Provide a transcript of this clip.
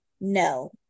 no